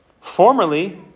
Formerly